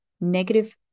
negative